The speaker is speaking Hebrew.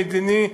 המדיני,